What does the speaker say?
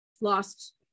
lost